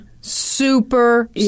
super